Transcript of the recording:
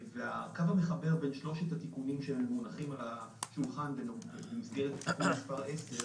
הקו המחבר בין שלושת התיקונים שמונחים על השולחן במסגרת תיקון מס' 10